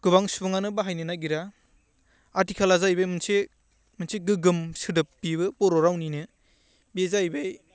गोबां सुबुङानो बाहायनो नागिरा आथिखाला जाहैबाय मोनसे मोनसे गोग्गोम सोदोब बेबो बर' रावनिनो बे जाहैबाय